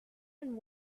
and